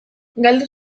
galdu